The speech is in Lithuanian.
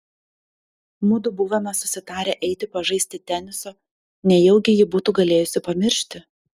mudu buvome susitarę eiti pažaisti teniso nejaugi ji būtų galėjusi pamiršti